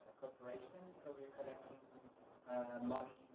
corporations. so we're collecting money